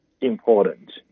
important